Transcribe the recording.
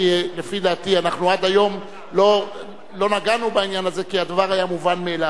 לפי דעתי אנחנו עד היום לא נגענו בעניין הזה כי הדבר היה מובן מאליו.